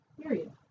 period